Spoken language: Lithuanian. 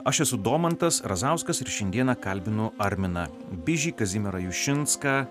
aš esu domantas razauskas ir šiandieną kalbinu arminą bižį kazimierą jušinską